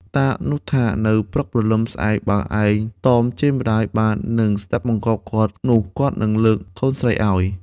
តានោះថា នៅព្រឹកព្រលឹមស្អែក បើឯងតមជេរម្តាយបាននិងស្ដាប់បង្គាប់គាត់ នោះគាត់នឹងលើកកូនស្រីឱ្យ។